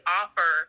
offer